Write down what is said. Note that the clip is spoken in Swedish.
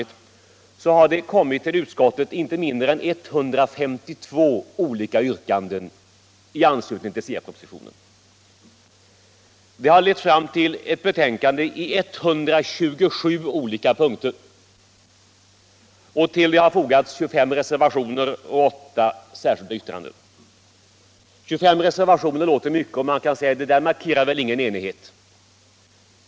Sammanlagt har det kommit inte mindre Skolans inre arbete än 152 olika yrkanden i anslutning till SIA-propositionen. Det har lett — m.m. fram till ett betänkande i 127 olika punkter, och till betänkandet har fogats 25 reservationer och 8 särskilda yttranden. 25 reservationer låter mycket, och man kan säga: Det markerar väl ingen enighet.